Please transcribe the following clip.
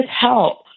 help